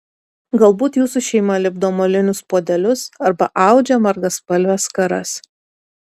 galbūt jūsų šeima lipdo molinius puodelius arba audžia margaspalves skaras